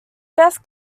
best